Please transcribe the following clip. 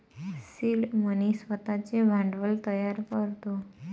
seed money स्वतःचे भांडवल तयार करतो